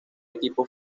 equipo